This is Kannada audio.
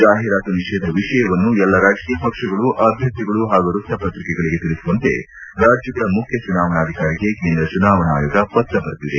ಜಾಹೀರಾತು ನಿಷೇಧ ವಿಷಯವನ್ನು ಎಲ್ಲಾ ರಾಜಕೀಯ ಪಕ್ಷಗಳು ಅಭ್ಯರ್ಥಿಗಳು ಪಾಗೂ ವೃಕ್ಷ ಪತ್ರಿಕೆಗಳಿಗೆ ತಿಳಿಸುವಂತೆ ರಾಜ್ಯಗಳ ಮುಖ್ಯ ಚುನಾವಣಾಧಿಕಾರಿಗೆ ಕೇಂದ್ರ ಚುನಾವಣಾ ಆಯೋಗ ಪತ್ರ ಬರೆದಿದೆ